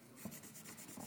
תודה רבה.